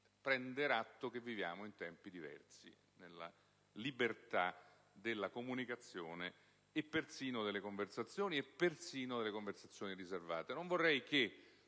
prendere atto che viviamo in tempi diversi per quanto riguarda la libertà della comunicazione e persino delle conversazioni, e persino delle conversazioni riservate. Non vorrei che